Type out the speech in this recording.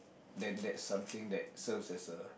then that's something that serves as a